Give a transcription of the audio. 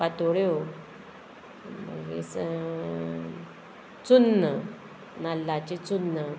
पातोळ्यो मागीर चुन्न नाल्लाची चुन्न